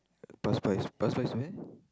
pass by pass by where